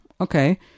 okay